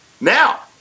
Now